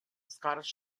scottish